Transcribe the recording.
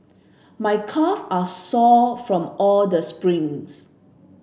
my calf are sore from all the sprints